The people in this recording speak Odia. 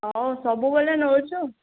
ଆଉ ସବୁବେଳେ ନେଉଛୁ